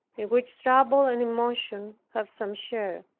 in which trouble and emotion have some share.